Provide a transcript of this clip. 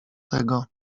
tego